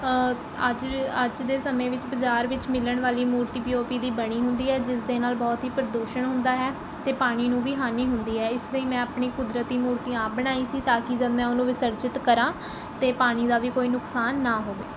ਅੱਜ ਅੱਜ ਦੇ ਸਮੇਂ ਵਿੱਚ ਬਾਜ਼ਾਰ ਵਿੱਚ ਮਿਲਣ ਵਾਲੀ ਮੂਰਤੀ ਪੀ ਓ ਪੀ ਦੀ ਬਣੀ ਹੁੰਦੀ ਹੈ ਜਿਸ ਦੇ ਨਾਲ ਬਹੁਤ ਹੀ ਪ੍ਰਦੂਸ਼ਣ ਹੁੰਦਾ ਹੈ ਅਤੇ ਪਾਣੀ ਨੂੰ ਵੀ ਹਾਨੀ ਹੁੰਦੀ ਹੈ ਇਸ ਲਈ ਮੈਂ ਆਪਣੀ ਕੁਦਰਤੀ ਮੂਰਤੀ ਆਪ ਬਣਾਈ ਸੀ ਤਾਂ ਕਿ ਜਦ ਮੈਂ ਉਹਨੂੰ ਵੀ ਵਿਸਰਜਿਤ ਕਰਾਂ ਅਤੇ ਪਾਣੀ ਦਾ ਵੀ ਕੋਈ ਨੁਕਸਾਨ ਨਾ ਹੋਵੇ